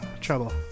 trouble